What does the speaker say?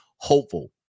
hopeful